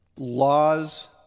Laws